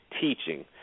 teaching